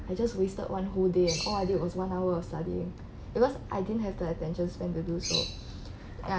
I just wasted one whole day and all I did was one hour of study ah because I didn't have the attention span to do so ya